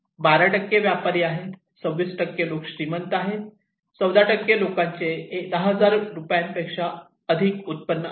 12 व्यापारी आहेत 26 लोक श्रीमंत आहेत 14 लोकांचे 10000 रुपयांपेक्षा अधिक उत्पन्न आहे